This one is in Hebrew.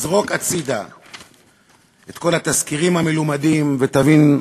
תזרוק הצדה את כל התזכירים המלומדים ותבין,